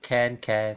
can can